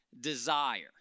desire